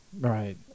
Right